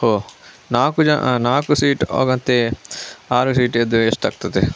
ಹೊ ನಾಲ್ಕು ಜ ನಾಲ್ಕು ಸೀಟ್ ಮತ್ತು ಆರು ಸೀಟ್ ಇದ್ದರೆ ಎಷ್ಟಾಗ್ತದೆ